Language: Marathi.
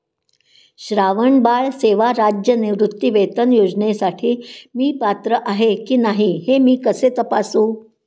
श्रावणबाळ सेवा राज्य निवृत्तीवेतन योजनेसाठी मी पात्र आहे की नाही हे मी कसे तपासू?